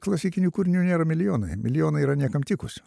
klasikinių kūrinių nėra milijonai milijonai yra niekam tikusių